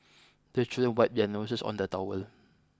the children wipe their noses on the towel